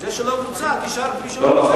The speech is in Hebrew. זה שלא בוצע, תשאל את מי שלא ביצע.